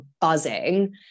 buzzing